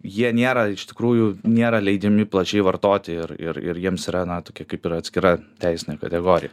jie nėra iš tikrųjų nėra leidžiami plačiai vartoti ir ir ir jiems yra na tokia kaip ir atskira teisinė kategorija